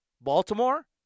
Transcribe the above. Baltimore